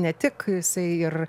ne tik jisai ir